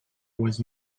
was